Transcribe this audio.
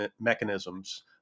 mechanisms